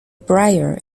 brier